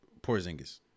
Porzingis